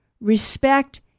respect